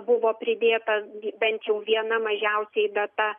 buvo pridėta bent jau viena mažiausiai data